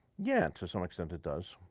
yeah to some extent it does,